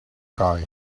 guy